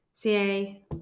ca